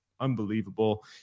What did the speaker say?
unbelievable